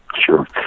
Sure